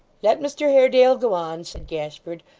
let mr haredale go on said gashford,